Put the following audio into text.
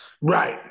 Right